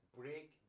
break